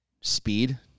speed